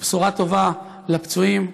ובשורה טובה לפצועים,